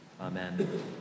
Amen